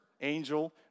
Angel